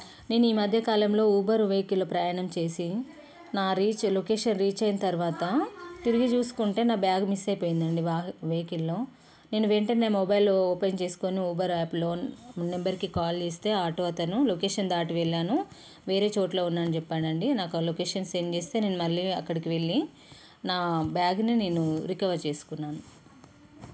నేను ఈ మధ్యకాలంలో ఊబర్ వెహికల్ ప్రయాణం చేసి నా రీచ్ లొకేషన్ రీచ్ అయిన తర్వాత తిరిగి చూసుకుంటే నా బ్యాగ్ మిస్సయిపోయిందండి వెహికల్లో నేను వెంటనే మొబైల్ ఓపెన్ చేసుకొని ఉబర్ యాప్లో నెంబర్కి కాల్ చేస్తే ఆటో అతను లొకేషన్ దాటి వెళ్ళాను వేరే చోట్లో ఉన్నా అని చెప్పాడండి నాకు ఆ లొకేషన్ సెండ్ చేస్తే నేను మళ్ళీ అక్కడికి వెళ్ళి నా బ్యాగ్ని నేను రికవర్ చేసుకున్నాను